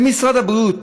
משרד הבריאות,